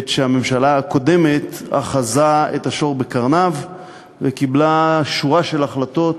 עת הממשלה הקודמת אחזה את השור בקרניו וקיבלה שורה של החלטות